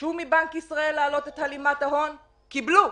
ביקשו מבנק ישראל להעלות את הלימת ההון קיבלו,